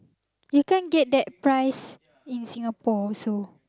you can't get that price in Singapore so